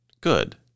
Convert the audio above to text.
good